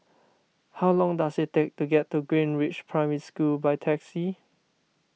how long does it take to get to Greenridge Primary School by taxi